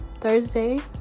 thursday